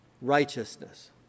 righteousness